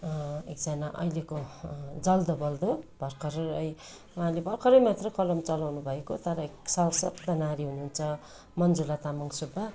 एकजना अहिलेको जल्दोबल्दो भर्खरै उहाँले भर्खरै मात्र कलम चलाउनुभएको तर सशक्त नारी हुनुहुन्छ मन्जुला तामाङ सुब्बा